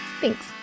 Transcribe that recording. Thanks